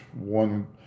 One